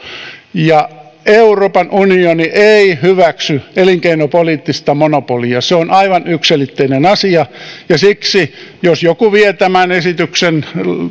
euroopan unioni ei hyväksy elinkeinopoliittista monopolia se on aivan yksiselitteinen asia siksi jos joku vie tämän